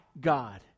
God